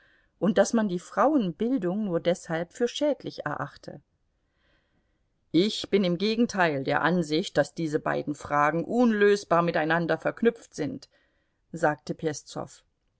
und daß man die frauenbildung nur deshalb für schädlich erachte ich bin im gegenteil der ansicht daß diese beiden fragen unlösbar miteinander verknüpft sind sagte peszow